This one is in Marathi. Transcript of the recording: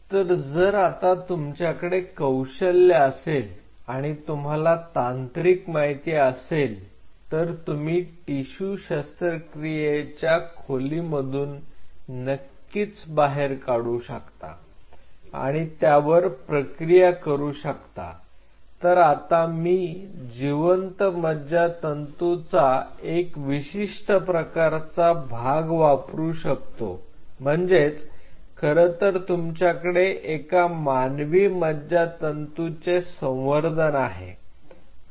तर जर आता तुमच्याकडे कौशल्य असेल आणि तुम्हाला तांत्रिक माहिती असेल तर तुम्ही टिशू शस्त्रक्रियेच्या खोली मधून नक्कीच बाहेर काढू शकता आणि त्यावर प्रक्रिया करू शकता तर आता मी जिवंत मज्जतंतू चा एक विशिष्ट प्रकारचा भाग वापरू शकतो म्हणजेच खरं तर तुमच्याकडे एका मानवी मज्जातंतू चे संवर्धन आहे